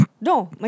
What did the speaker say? No